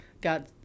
got